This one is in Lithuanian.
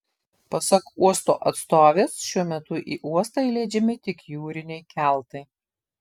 pasak uosto atstovės šiuo metu į uostą įleidžiami tik jūriniai keltai